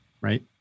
right